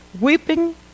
Weeping